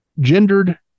gendered